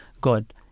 god